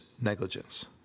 negligence